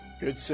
Good